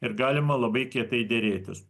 ir galima labai kietai derėtis